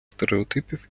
стереотипів